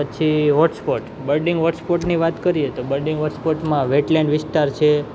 પછી hotspot birding હોટસ્પોટની વાત કરીએ તો બર્ડિંગ હોટસ્પોટમાં વેટ લેન્ડ વિસ્તાર છે